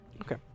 okay